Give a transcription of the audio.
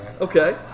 Okay